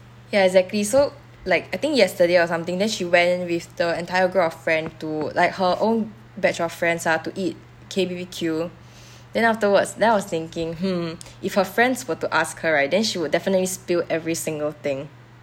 ya exactly so like I think yesterday or something then she went with the entire group of friend to like her own batch of friends ah to eat K_B_B_Q then afterwards then I was thinking hmm if her friends were to ask her right then she would definitely spill every single thing